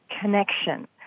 connection